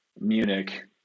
Munich